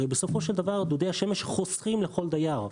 הרי בסופו של דבר, דודי השמש חוסכים לכל דייר.